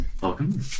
welcome